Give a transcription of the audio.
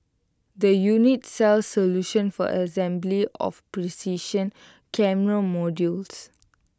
the unit sells solutions for assembly of precision camera modules